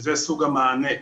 וזה סוג המענה.